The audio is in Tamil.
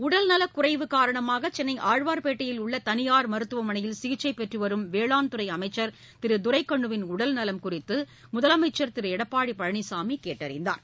உடல்நலக் குறைவு காரணமாக சென்னை ஆழ்வார்பேட்டையில் உள்ள தனியார் மருத்துவமனையில் சிகிச்சைப் பெற்றுவரும் வேளாண்துறை அமைச்சர் திரு துரைக்கண்ணுவின் உடல்நலம் குறித்து முதலமைச்சர் திரு எடப்பாடி பழனிசாமி கேட்டறிந்தார்